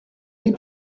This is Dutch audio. liep